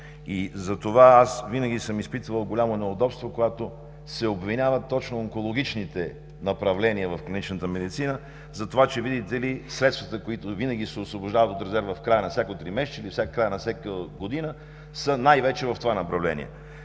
Затова винаги съм изпитвал голямо неудобство, когато се обвиняват точно онкологичните направления в клиничната медицина, затова че, видите ли, средствата, които винаги се освобождават от резерва в края на всяко тримесечие, досега в края на всяка година, са най-вече в това направление.